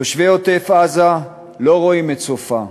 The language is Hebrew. תושבי עוטף-עזה לא רואים את סופה,